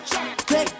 Take